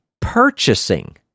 purchasing